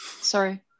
sorry